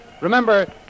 Remember